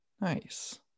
Nice